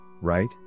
right